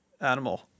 animal